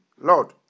Lord